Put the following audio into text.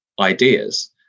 Ideas